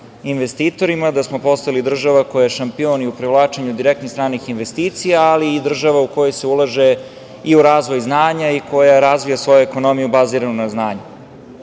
investitorima, postali država koja je šampion u privlačenju direktnih stranih investicija, ali i država u kojoj se ulaže u razvoj znanja i koja razvija svoju ekonomiju baziranu na znanju. Dosta